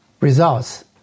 results